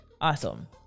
Awesome